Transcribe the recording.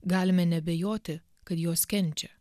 galime neabejoti kad jos kenčia